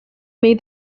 made